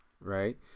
right